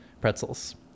pretzels